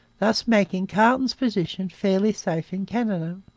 thus making carleton's position fairly safe in canada.